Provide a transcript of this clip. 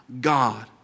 God